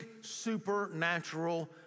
supernatural